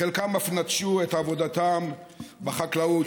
חלקם אף נטשו את עבודתם בחקלאות,